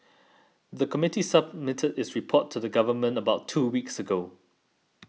the committee submitted its report to the Government about two weeks ago